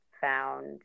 found